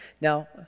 Now